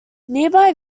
nearby